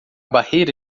barreira